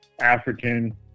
African